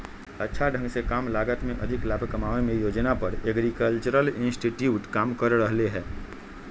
अच्छा ढंग से कम लागत में अधिक लाभ कमावे के योजना पर एग्रीकल्चरल इंस्टीट्यूट काम कर रहले है